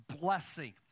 blessing